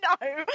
no